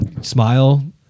smile